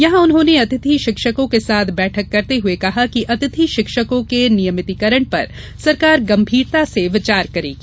यहां उन्होंने अतिथि शिक्षकों के साथ बैठक करते हुए कहा कि अतिथि शिक्षकों के नियमितीकरण पर सरकार गंभीरता से विचार करेगी